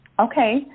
Okay